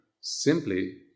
simply